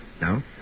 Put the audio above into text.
No